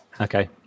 Okay